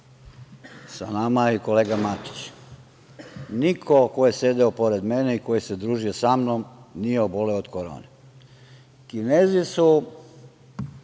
sa nama je i kolega Matić. Niko ko je sedeo pored mene i ko se družio sa mnom nije oboleo od korone. Kinezi su